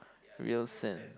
real sense